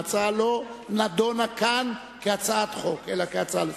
ההצעה לא נדונה כאן כהצעת חוק אלא כהצעה לסדר-היום.